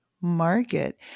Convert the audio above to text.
market